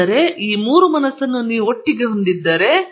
ಆದ್ದರಿಂದ ಈ ಮೂರು ಮನಸ್ಸನ್ನು ನೀವು ಒಟ್ಟಿಗೆ ಹೊಂದಿದ್ದರೆ